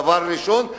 דבר ראשון.